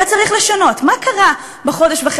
כל התקציב הזה היה לחינם,